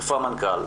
איפה המנכ"ל,